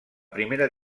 primera